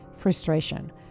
Frustration